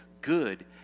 good